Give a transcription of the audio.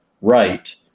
right